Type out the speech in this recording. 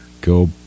go